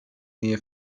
nähe